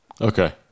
Okay